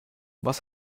was